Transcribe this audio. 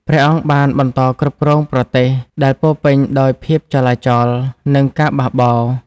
ព្រះអង្គបានបន្តគ្រប់គ្រងប្រទេសដែលពោរពេញដោយភាពចលាចល និងការបះបោរ។